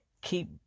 keep